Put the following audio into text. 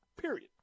period